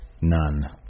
None